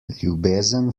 ljubezen